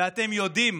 ואתם יודעים